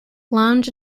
lange